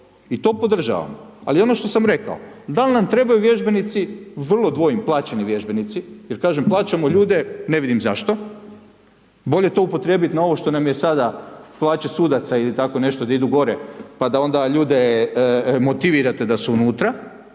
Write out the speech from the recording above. i to podržavam, ali ono što sam rekao, dal nam trebaju vježbenici, vrlo dvojim, plaćeni vježbenici, jer kažem, plaćamo ljude, ne vidim zašto, bolje to upotrijebiti na ovo što nam je sada, plaće sudaca ili tako nešto, da idu gore, pa da onda ljude motivirate da su unutra,